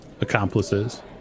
accomplices